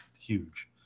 huge